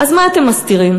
אז מה אתם מסתירים?